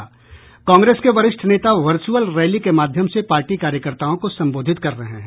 कांग्रेस के वरिष्ठ नेता वचूर्अल रैली के माध्यम से पार्टी कार्यकर्ताओं को संबोधित कर रहे हैं